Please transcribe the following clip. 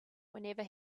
whenever